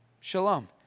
shalom